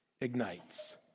ignites